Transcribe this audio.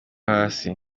hasi